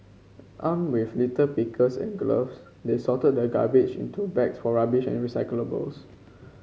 armed with litter pickers and gloves they sorted the garbage into bags for rubbish and recyclables